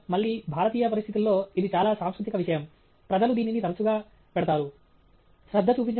ప్రధానంగా మళ్ళీ భారతీయ పరిస్థితుల్లో ఇది చాలా సాంస్కృతిక విషయం ప్రజలు దీనిని తరచూ పెడతారు